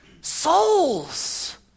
souls